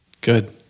Good